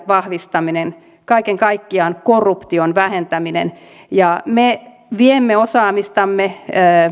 vahvistaminen kaiken kaikkiaan korruption vähentäminen me viemme osaamistamme